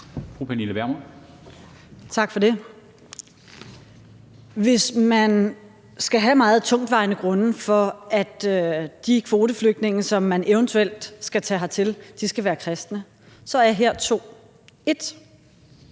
Hvis man skal have meget tungtvejende grunde til, at de kvoteflygtninge, som man eventuelt skal tage hertil, skal være kristne, er her to: 1)